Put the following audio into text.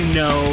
no